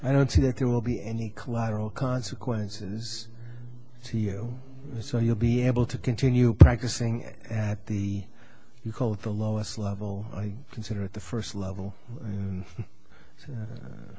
i don't see that there will be any collateral consequences to you so you'll be able to continue practicing it at the you called the lowest level i consider it the first level